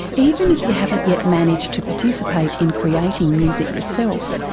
even if you haven't yet managed to participate in creating music yourself,